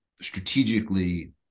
strategically